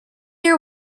your